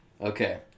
Okay